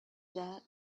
that